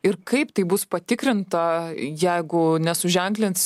ir kaip tai bus patikrinta jeigu nesuženklins